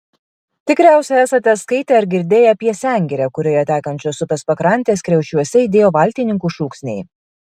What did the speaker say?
tikriausiai esate skaitę ar girdėję apie sengirę kurioje tekančios upės pakrantės kriaušiuose aidėjo valtininkų šūksniai